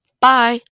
Bye